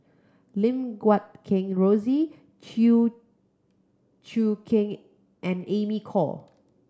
Lim Guat Kheng Rosie Chew Choo Keng and Amy Khor